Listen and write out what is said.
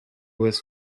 was